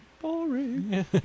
boring